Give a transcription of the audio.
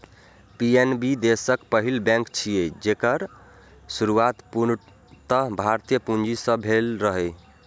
PNB देशक पहिल bank छियै, जेकर शुरुआत पूर्णतः भारतीय पूंजी सं भेल रहै